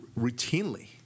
routinely